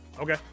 Okay